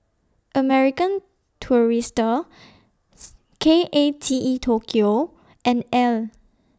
American Tourister K A T E Tokyo and Elle